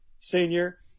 senior